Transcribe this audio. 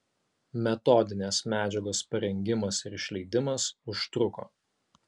metodinės medžiagos parengimas ir išleidimas užtruko